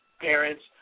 parents